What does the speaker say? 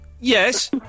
Yes